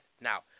Now